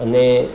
અને